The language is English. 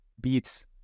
beats